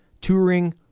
touring